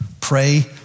pray